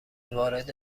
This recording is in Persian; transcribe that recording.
وارد